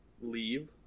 leave